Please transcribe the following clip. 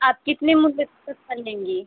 आप कितने लेंगी